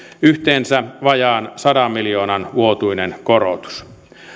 yhteensä vajaan sadan miljoonan vuotuinen korotus